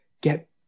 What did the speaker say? get